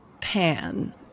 pan